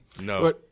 No